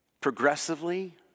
progressively